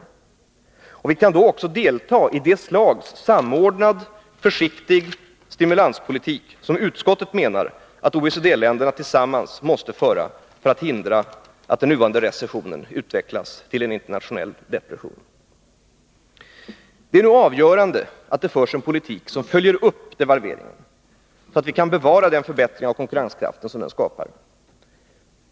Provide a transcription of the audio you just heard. Socialdemokraternas politik gör också att vi kan delta i det slags samordnad försiktig stimulanspolitik som utskottet menar att OECD-länderna tillsammans måste föra för att hindra att den nuvarande recessionen utvecklas till en internationell depression. Det är nu avgörande att det förs en politik som följer upp devalveringen så att vi kan bevara den förbättring av konkurrenskraften som den skapar.